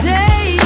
day